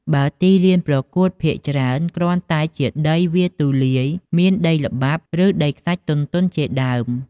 បើទីលានប្រកួតភាគច្រើន គ្រាន់តែជាដីវាលទូលាយ មានដីល្បាប់ ឬដីខ្សាច់ទន់ៗជាដើម។